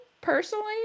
personally